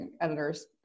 editors